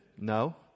No